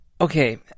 Okay